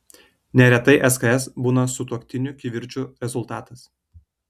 neretai sks būna sutuoktinių kivirčų rezultatas